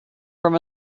from